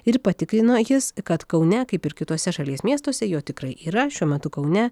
ir patikrino jis kad kaune kaip ir kituose šalies miestuose jo tikrai yra šiuo metu kaune